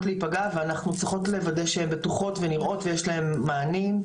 להיפגע ואנחנו צריכות לוודא שהן בטוחות ונראות ויש להן מענים,